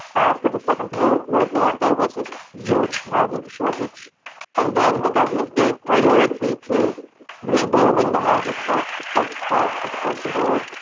after the second world world war there was this huge housing shortage and then the government gave priority to re-building the housing stock as fast as possible,